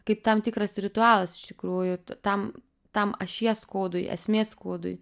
kaip tam tikras ritualas iš tikrųjų tam tam ašies kodui esmės kodui